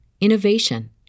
innovation